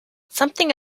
something